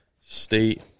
State